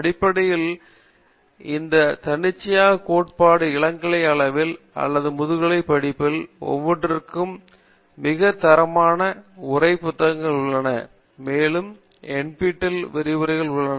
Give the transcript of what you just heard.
அடிப்படையில் இந்த தன்னியக்கக் கோட்பாடு இளங்கலை அளவில் அல்லது முதுகலை பட்டப்படிப்பில் ஒவ்வொன்றிற்கும் மிக தரமான உரை புத்தகங்கள் உள்ளன மேலும் நஃபிடெல் விரிவுரைகள் நிறைய உள்ளன